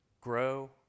grow